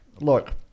look